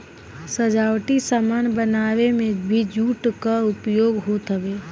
सजावटी सामान बनावे में भी जूट कअ उपयोग होत हवे